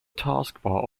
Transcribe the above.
taskbar